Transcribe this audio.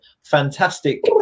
fantastic